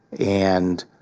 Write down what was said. and,